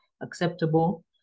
acceptable